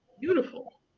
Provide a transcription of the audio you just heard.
beautiful